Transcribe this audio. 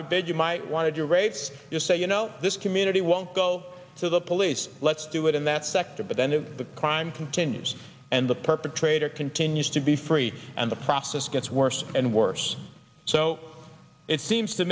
forbid you might want to raise your say you know this community won't go to the police let's do it in that sector but then the crime continues and the perpetrator continues to be free and the process gets worse and worse so it seems to